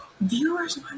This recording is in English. Viewers